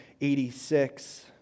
86